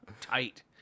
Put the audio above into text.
tight